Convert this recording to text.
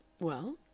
Well